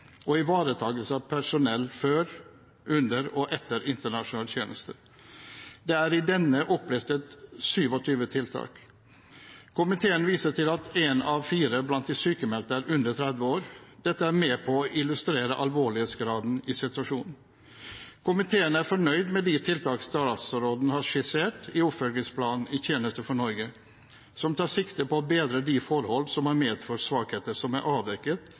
og ivaretakelse av personell før, under og etter internasjonal tjeneste. Det er i denne opplistet 27 tiltak. Komiteen viser til at én av fire blant de sykmeldte er under 30 år. Dette er med på å illustrere alvorlighetsgraden i situasjonen. Komiteen er fornøyd med de tiltak statsråden har skissert i oppfølgingsplanen «I tjeneste for Norge», som tar sikte på å bedre de forhold som har medført de svakheter som er avdekket